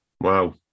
Wow